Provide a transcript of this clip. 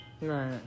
Right